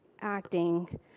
acting